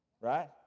right